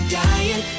dying